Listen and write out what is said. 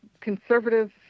conservative